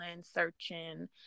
searching